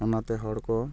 ᱚᱱᱟᱛᱮ ᱦᱚᱲ ᱠᱚ